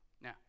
Now